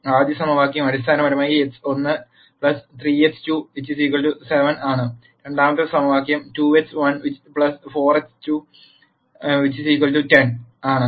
ആദ്യ സമവാക്യം അടിസ്ഥാനപരമായി x1 3x2 7 ആണ് രണ്ടാമത്തെ സമവാക്യം 2x1 4x2 10 ആണ്